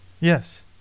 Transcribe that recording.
Yes